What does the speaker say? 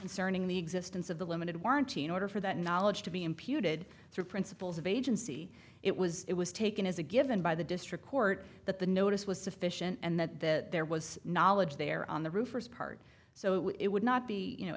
concerning the existence of the limited warranty in order for that knowledge to be imputed through principals of agency it was it was taken as a given by the district court that the notice was sufficient and that that there was knowledge there on the roof part so it would not be you know